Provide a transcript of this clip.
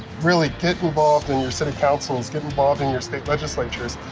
really, get involved in your city councils, get involved in your state legislatures,